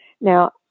Now